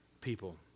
people